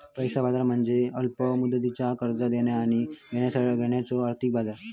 पैसा बाजार म्हणजे अल्प मुदतीची कर्जा देणा आणि घेण्यासाठीचो आर्थिक बाजार